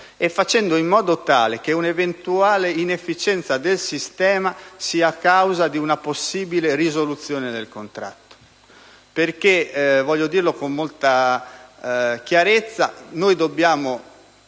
e facendo in modo che un'eventuale inefficienza del sistema sia causa di una possibile risoluzione del contratto. Voglio dirlo con molta chiarezza: dobbiamo